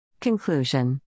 Conclusion